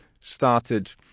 started